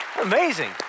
amazing